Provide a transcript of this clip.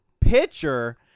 Pitcher